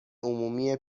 عمومی